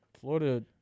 Florida